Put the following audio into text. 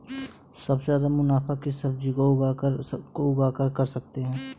सबसे ज्यादा मुनाफा किस सब्जी को उगाकर कर सकते हैं?